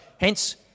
hence